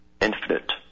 infinite